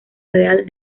real